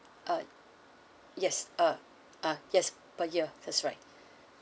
uh yes uh uh yes per year that's right